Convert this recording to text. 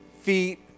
feet